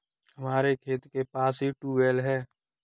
हमारे खेत के पास ही ट्यूबवेल है